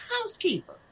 housekeeper